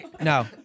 No